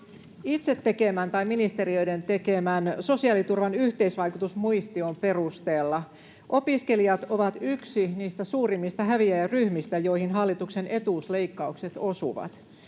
itse tekemän tai ministeriöiden tekemän sosiaaliturvan yhteisvaikutusmuistion perusteella opiskelijat ovat yksi niistä suurimmista häviäjäryhmistä, joihin hallituksen etuusleikkaukset osuvat.